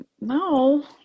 No